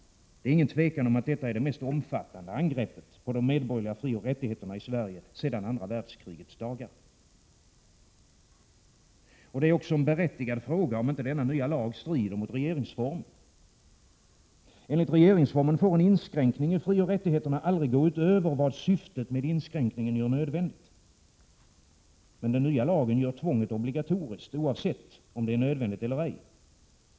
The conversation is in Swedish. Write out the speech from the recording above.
Det är inget tvivel om att detta är det mest omfattande angreppet på de medborgerliga frioch rättigheterna i Sverige sedan andra världskrigets dagar. Det är också en berättigad fråga, om inte denna nya lag strider mot regeringsformen. Enligt regeringsformen får en inskränkning i frioch rättigheterna aldrig gå utöver vad syftet med inskränkningen gör nödvändigt. Men den nya lagen gör tvånget obligatoriskt oavsett om det är nödvändigt eller ej.